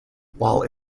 while